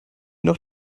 noch